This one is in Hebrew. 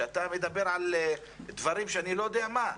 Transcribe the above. שאתה מדבר על דברים שאני לא יודע מה.